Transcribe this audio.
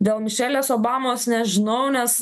dėl mišelės obamos nežinau nes